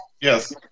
Yes